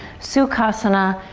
sukhasana,